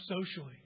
socially